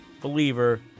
believer